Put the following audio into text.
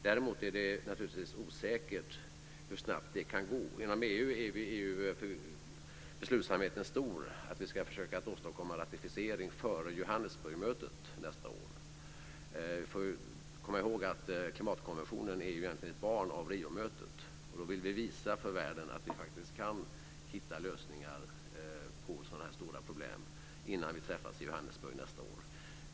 Däremot är det osäkert hur snabbt det kan gå. Inom EU är beslutsamheten stor att vi ska försöka åstadkomma ratificering före Johannesburgmötet nästa år. Vi får komma ihåg att klimatkonventionen egentligen är ett barn av Riomötet. Vi vill visa för världen att vi kan hitta lösningar på sådana stora problem innan vi träffas i Johannesburg nästa år.